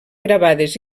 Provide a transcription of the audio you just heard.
gravades